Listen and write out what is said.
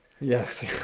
Yes